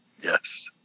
Yes